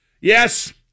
Yes